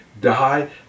die